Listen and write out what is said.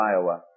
Iowa